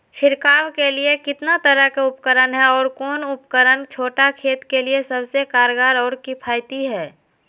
छिड़काव के लिए कितना तरह के उपकरण है और कौन उपकरण छोटा खेत के लिए सबसे कारगर और किफायती है?